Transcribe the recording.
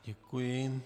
Děkuji.